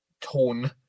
tone